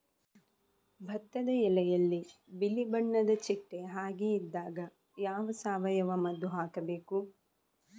ಭತ್ತದ ಎಲೆಯಲ್ಲಿ ಬಿಳಿ ಬಣ್ಣದ ಚಿಟ್ಟೆ ಹಾಗೆ ಇದ್ದಾಗ ಯಾವ ಸಾವಯವ ಮದ್ದು ಹಾಕಬೇಕು?